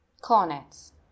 Cornets